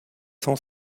cent